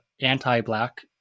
anti-Black